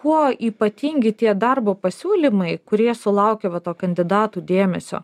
kuo ypatingi tie darbo pasiūlymai kurie sulaukia vat to kandidatų dėmesio